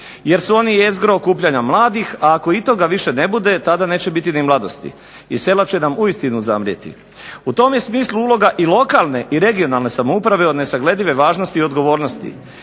jer su oni jezgra okupljanja mladih. A ako i toga više ne bude tada neće biti ni mladosti i sela će nam uistinu zamrijeti. U tom je smislu uloga i lokalne i regionalne samouprave od nesagledive važnosti i odgovornosti.